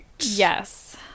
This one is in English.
Yes